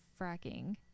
fracking